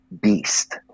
beast